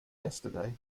yesterday